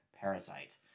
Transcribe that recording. Parasite